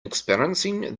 experiencing